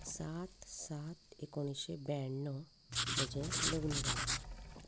सात सात एकुणशें ब्याण्णव म्हजें लग्न जालें